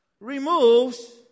removes